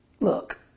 look